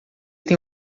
tem